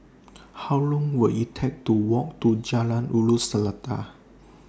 How Long Will IT Take to Walk to Jalan Ulu Seletar